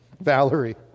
Valerie